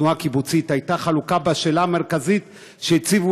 התנועה הקיבוצית הייתה חלוקה בשאלה המרכזית שהציבו